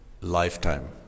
lifetime